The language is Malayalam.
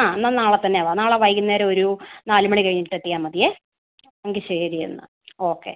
ആ എന്നാൽ നാളെ തന്നെ വാ നാളെ വൈകുന്നേരം ഒരു നാല് മണി കഴിഞ്ഞിട്ട് എത്തിയാൽ മതിയെങ്കിൽ ശരി എന്നാൽ ഓക്കെ